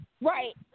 Right